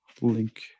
link